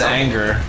anger